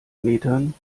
metern